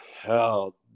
hell